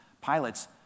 pilots